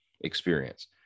experience